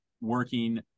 working